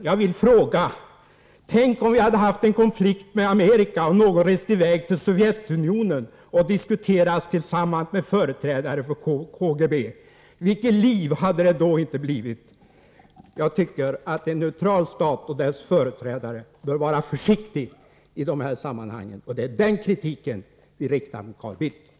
Jag vill fråga: Tänk om vi hade haft en konflikt med Amerika och någon rest i väg till Sovjetunionen och diskuterat med företrädare för KGB -— vilket liv hade det 2 då inte blivit! Jag tycker att en neutral stat och dess företrädare bör vara försiktig i dessa sammanhang. — Det är den kritiken vi riktar mot Carl Bildt.